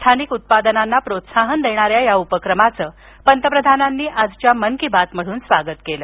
स्थानिक उत्पादनांना प्रोत्साहन देणाऱ्या या उपक्रमाचं पंतप्रधानांनी आजच्या मन की बात मधून स्वागत केलं